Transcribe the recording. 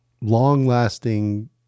long-lasting